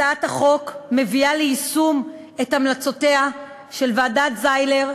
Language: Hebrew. הצעת החוק מביאה ליישום המלצותיה של ועדת זיילר,